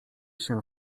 się